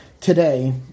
today